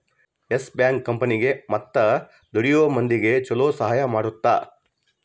S bank ಕಂಪನಿಗೇ ಮತ್ತ ದುಡಿಯೋ ಮಂದಿಗ ಚೊಲೊ ಸಹಾಯ ಮಾಡುತ್ತ